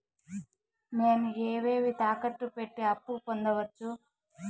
నేను ఏవేవి తాకట్టు పెట్టి అప్పు పొందవచ్చు?